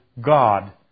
God